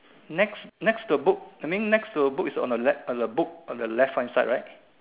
next next to book I mean next to the book is on the left on the book on the left hand side right